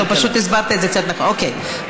אוקיי.